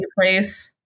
place